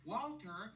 Walter